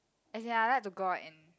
as in I like to go out and